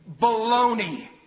Baloney